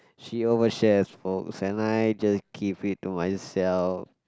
she over shares for so and I just give it to myself